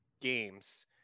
games